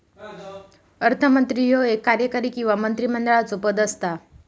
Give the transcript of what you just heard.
अर्थमंत्री ह्यो एक कार्यकारी किंवा मंत्रिमंडळाचो पद असता